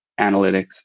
analytics